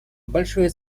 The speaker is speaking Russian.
большое